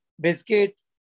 biscuits